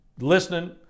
listening